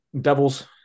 devils